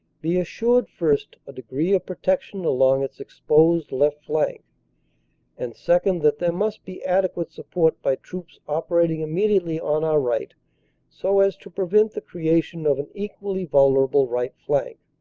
be assured, first a degree of protection along its exposed left flank and, second, that there must be adequate support by troops operat ing immediately on our right so as to prevent the creation of an equally vulnerable right flank.